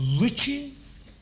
riches